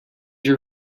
your